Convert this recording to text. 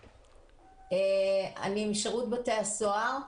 אני משירות בתי הסוהר.